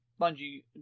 Bungie